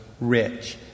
rich